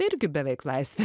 irgi beveik laisvė